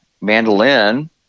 mandolin